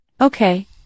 Okay